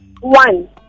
One